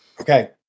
Okay